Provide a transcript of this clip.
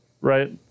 Right